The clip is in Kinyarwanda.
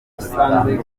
bitandukanye